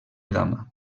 dama